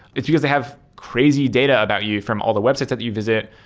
it's because they have crazy data about you from all the websites that you visit,